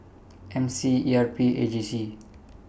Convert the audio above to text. M C E R P and A J C